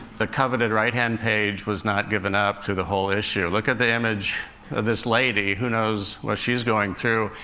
the coveted right-hand page was not given up to the whole issue. look at the image of this lady who knows what she's going through?